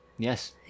Yes